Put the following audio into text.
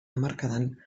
hamarkadan